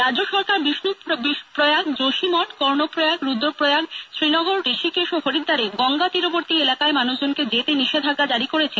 রাজ্য সরকার Vishnuprayag Joshimath Karnaprayag Rudraprayag Srinagar Rishikesh ও হরিদ্বারে গঙ্গার তীরবর্তী এলাকায় যেতে নিষেধাজ্ঞা জারী করেছে